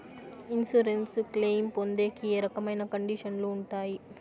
Insurance claim పొందేకి ఏ రకమైన కండిషన్లు ఉంటాయి?